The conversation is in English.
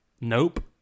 Nope